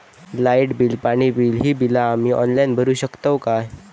Light bill, पाणी bill, ही बिला आम्ही ऑनलाइन भरू शकतय का?